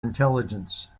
intelligence